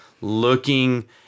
looking